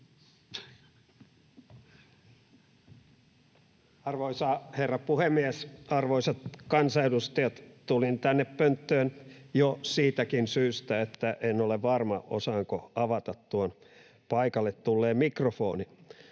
Arvoisa herra puhemies, arvoisat kansanedustajat! Tulin tänne pönttöön jo siitäkin syystä, että en ole varma, osaanko avata tuon paikalle tulleen mikrofonin.